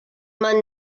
man